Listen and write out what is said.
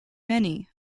many